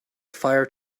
fire